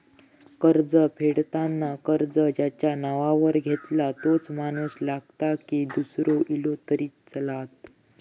कर्ज फेडताना कर्ज ज्याच्या नावावर घेतला तोच माणूस लागता की दूसरो इलो तरी चलात?